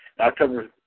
October